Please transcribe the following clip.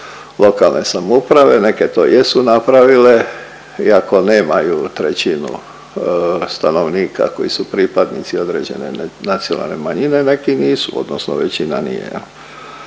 nacionalnih, tih JLS, neke to jesu napravile iako nemaju trećinu stanovnika koji su pripadnici određene nacionalne manjine, neki nisu odnosno većina nije